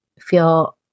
feel